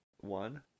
One